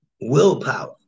willpower